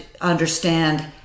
understand